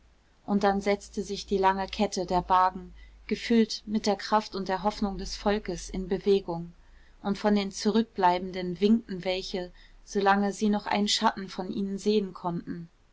und dann setzte sich die lange kette der wagen gefüllt mit der kraft und der hoffnung des volkes in bewegung von den zurückbleibenden winkten welche so lange sie noch einen schatten von ihnen sehen konnten